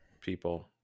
people